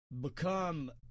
become